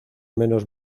menos